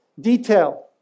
detail